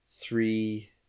three